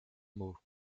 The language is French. mot